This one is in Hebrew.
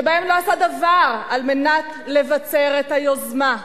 שבהן לא עשה דבר על מנת לבצר את היוזמה,